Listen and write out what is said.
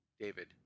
David